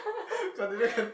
continue continue